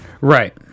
Right